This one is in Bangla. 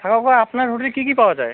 আপনার হোটেলে কী কী পাওয়া যায়